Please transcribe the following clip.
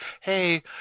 hey